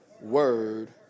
word